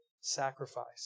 sacrifice